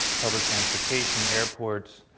public transportation, airports,